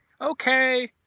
okay